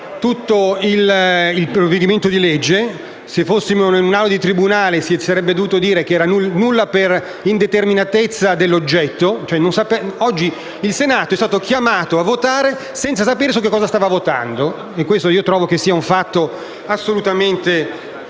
tutto il provvedimento. Se fossimo in un'aula di tribunale, si sarebbe dovuto dire che era nulla per indeterminatezza dell'oggetto. Oggi il Senato è stato chiamato a votare senza sapere su cosa stava votando, e trovo che questo sia un fatto assolutamente